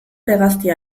hegaztia